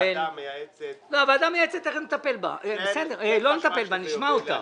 הוועדה המייעצת -- תכף נשמע את הוועדה המייעצת.